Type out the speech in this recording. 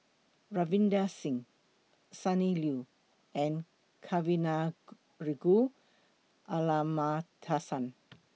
Ravinder Singh Sonny Liew and Kavignareru Amallathasan